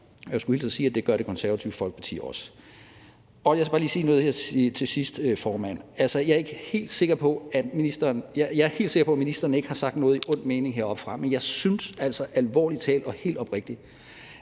jeg skulle hilse og sige, at det gør Det Konservative Folkeparti også. Jeg skal bare lige sige noget her til sidst, formand. Jeg er helt sikker på, at ministeren ikke har sagt noget i ond mening heroppefra, men jeg synes altså alvorligt talt og helt oprigtigt,